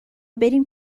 بریم